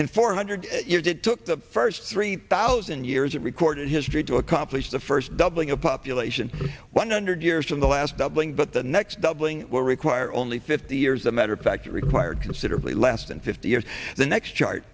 in four hundred years it took the first three thousand years of recorded history to accomplish the first doubling of population one hundred years from the last doubling but the next doubling will require only fifty years the matter of fact required considerably less than fifty years the next chart